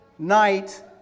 night